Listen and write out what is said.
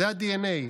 זה הדנ"א.